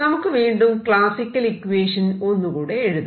നമുക്ക് വീണ്ടും classical equation ഒന്നുകൂടെ എഴുതാം